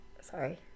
sorry